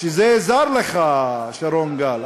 שזה זר לך, שרון גל.